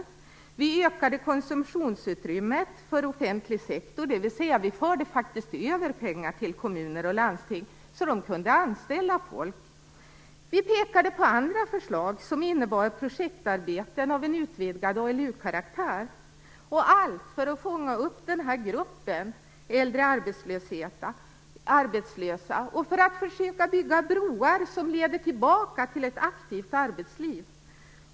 Vi ville öka konsumtionsutrymmet för offentlig sektor, dvs. vi förde faktiskt över pengar till kommuner och landsting så att de kunde anställa folk. Vi pekade också på andra förslag, som innebar ett projektarbete av utvidgad ALU-karaktär - allt för att fånga upp den här gruppen av äldre arbetslösa och för att försöka bygga broar som leder tillbaka till ett aktivt arbetsliv.